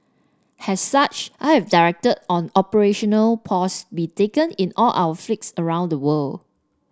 as such I have directed an operational pause be taken in all of fleets around the world